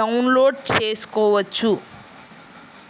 download చేసుకోవచ్చు